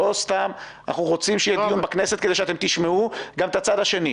לא סתם אנחנו רוצים שיהיה דיון בכנסת כדי שאתם תשמעו גם את הצד השני.